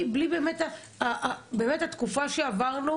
התקופה שעברנו